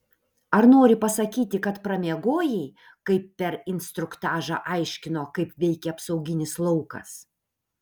ar nori pasakyti kad pramiegojai kai per instruktažą aiškino kaip veikia apsauginis laukas